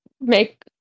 make